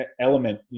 element